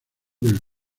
del